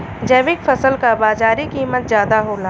जैविक फसल क बाजारी कीमत ज्यादा होला